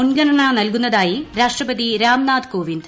മുൻഗണന നൽകുന്നതായി രാഷ്ട്രപതി രാം നാഥ് കോവിന്ദ്